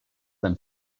then